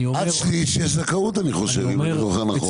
עד שליש יש זכאות, אני חושב, אם אני זוכר נכון.